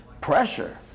pressure